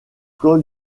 col